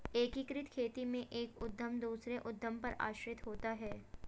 एकीकृत खेती में एक उद्धम दूसरे उद्धम पर आश्रित होता है